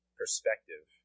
perspective